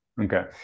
Okay